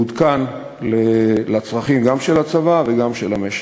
מעודכנת לצרכים גם של הצבא וגם של המשק.